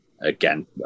again